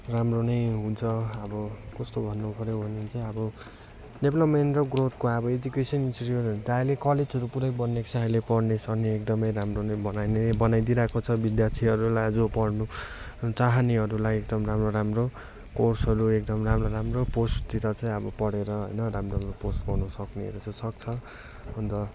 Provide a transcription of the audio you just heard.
राम्रो नै हुन्छ अब कस्तो भन्नु पऱ्यो भने चाहिँ अब डेभलोपमेन्ट र ग्रोथको अब एजुकेशन सिड्युलहरू त अहिले कलेजहरू पुरै बन्निएको छ अहिले पढ्ने सढ्ने एकदमै राम्रो नै बनाई नै बनाइदिरहेको छ विद्यार्थीहरूलाई जो पढ्नु चाहनेहरूलाई एकदम राम्रो राम्रो कोर्सहरू एकदम राम्रो राम्रो पोस्टतिर चाहिँ अब पढेर होइन राम्रो राम्रो पोस्ट पाउन सक्नेहरू सक्छ अन्त